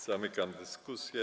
Zamykam dyskusję.